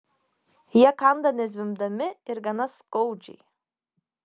jie kanda nezvimbdami ir gana skaudžiai